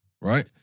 right